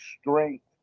strength